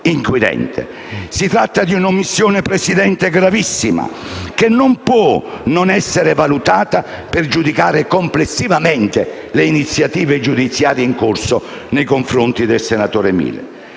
Presidente, di una omissione gravissima, che non può non essere valutata per giudicare complessivamente le iniziative giudiziarie in corso nei confronti del senatore Milo.